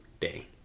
day